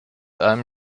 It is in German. einem